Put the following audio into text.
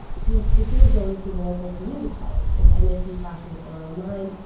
she's considered going to the local community college if and msu classes are online.